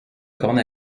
cornet